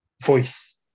voice